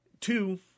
Two